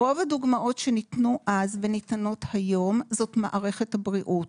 רוב הדוגמאות שניתנו אז וניתנות היום זאת מערכת הבריאות,